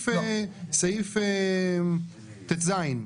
סעיף ט"ז,